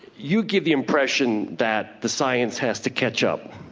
you give the impression that the science has to catch up.